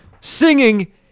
singing